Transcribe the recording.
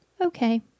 okay